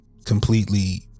Completely